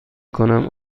کنم